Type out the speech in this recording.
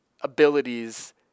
abilities